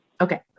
Okay